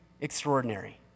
extraordinary